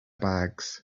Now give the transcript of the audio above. bags